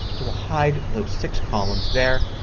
it will hide those six columns there.